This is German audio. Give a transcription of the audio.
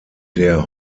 der